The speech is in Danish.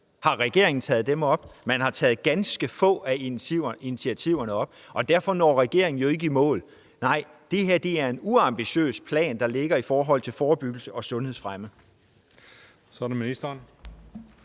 Har regeringen taget dem op? Man har taget ganske få af initiativerne op, og derfor når regeringen jo ikke i mål. Nej, det her er en uambitiøs plan, der ligger, i forhold til forebyggelse og sundhedsfremme. Kl. 14:36 Tredje